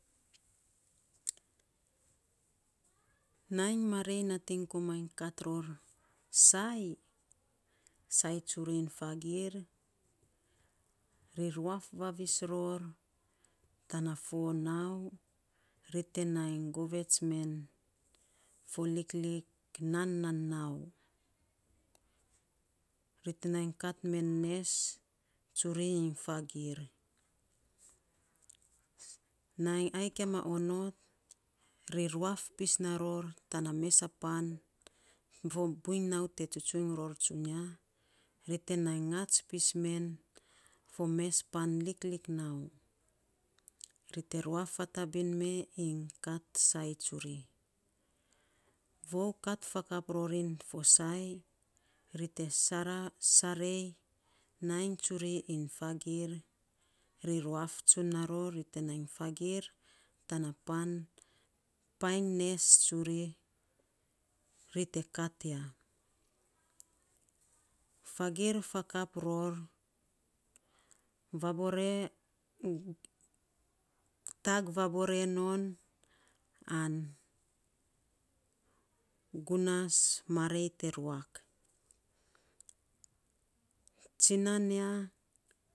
nainy marei nating komainy kat ror saii, saii tsuriiny fagir ri ruaf vavis ror tanafo nau ri te nainy govets men fo liklik nan, nan aau. ri te nainy kat men nes tsuri iny fagir, nainy ai kiama onot, ri ruat pis ror tana mes a pan fo buiny nau te tsutsun ror tsunia ri te nainy nagats pis men fo mes pan liklik nau. ri te ruaf fatabin me iny kat saii tsuri. Von kat fakap rorin fo saii ri te sarei nainy tsuri iny fagir, ri ruaf tsuan ror ri te nainy fagir tana painy nes tsuri ri te kat ya. Fagir fakap ror vabore tag vabore non, an gunas marei te ruak. tsina ya.